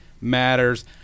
matters